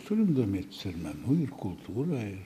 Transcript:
turim domėtis ir menu ir kultūra ir